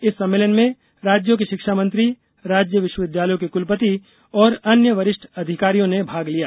इस सम्मेलन में राज्यों के शिक्षा मंत्री राज्य विश्वविद्यालयों के कुलपति और अन्य वरिष्ठ अधिकारियों ने भाग लिया